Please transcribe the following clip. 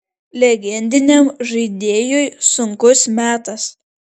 legendiniam žaidėjui sunkus metas